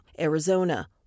Arizona